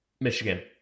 Michigan